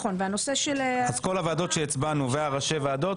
כל הוועדות שהצבענו וראשי הוועדות,